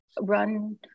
run